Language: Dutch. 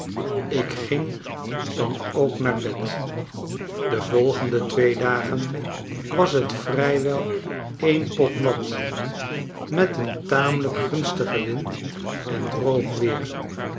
ik ging dan ook naar bed de volgende twee dagen was t vrijwel en pot nat met een tamelijk gunstigen wind en droog weer